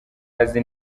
azi